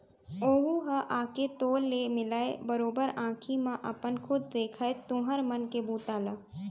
ओहूँ ह आके तोर ले मिलय, बरोबर आंखी म अपन खुद देखय तुँहर मन के बूता ल